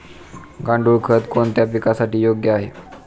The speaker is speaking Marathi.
गांडूळ खत कोणत्या पिकासाठी योग्य आहे?